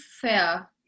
fair